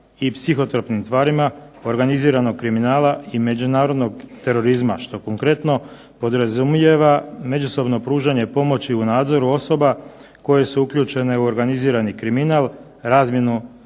u području borbe protiv kriminala što konkretno podrazumijeva međusobno pružanje pomoći u nadzoru osoba koje su uključene u organizirani kriminal, razmjenu